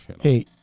Hey